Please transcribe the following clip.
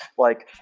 like,